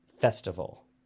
Festival